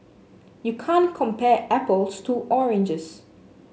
you can't compare apples to oranges